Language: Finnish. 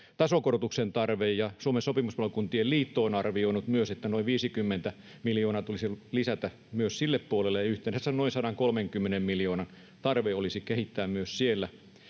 tasokorotuksen tarve, ja myös Suomen Sopimuspalokuntien Liitto on arvioinut, että noin 50 miljoonaa tulisi lisätä myös sille puolelle ja yhteensä noin 130 miljoonan tarve olisi kehittää myös siellä